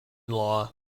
law